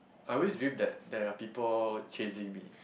I always dream that there are people chasing me